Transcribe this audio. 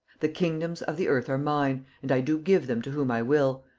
the kingdoms of the earth are mine, and i do give them to whom i will,